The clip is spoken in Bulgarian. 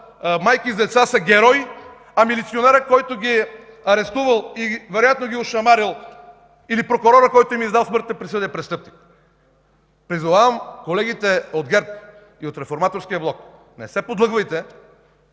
майки с деца, са герои, а милиционерът, който ги е арестувал и вероятно ги е ошамарил, или прокурорът, който им е издал смъртните присъди, е престъпник! Призовавам колегите от ГЕРБ и от Реформаторския блок: не се подлъгвайте